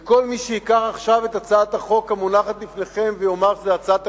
וכל מי שייקח עכשיו את הצעת החוק המונחת בפניכם ויאמר שזו הצעה תקציבית,